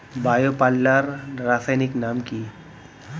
Bio পাল্লার রাসায়নিক নাম কি?